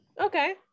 Okay